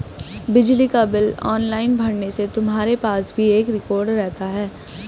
बिजली का bill online भरने से तुम्हारे पास भी एक रिकॉर्ड रहता है